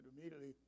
immediately